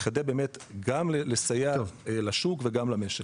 בכדי לסייע גם לשוק וגם למשק.